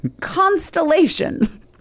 constellation